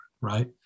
right